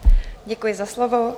Děkuji za slovo.